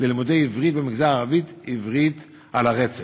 ללימודי עברית במגזר הערבי: "עברית על הרצף".